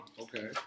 Okay